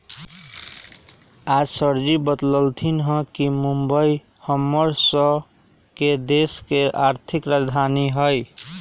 आज सरजी बतलथिन ह कि मुंबई हम्मर स के देश के आर्थिक राजधानी हई